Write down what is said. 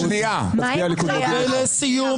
ולסיום